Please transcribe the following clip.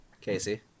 Casey